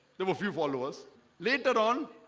there were few followers later on